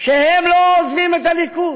שהם לא עוזבים את הליכוד,